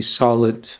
solid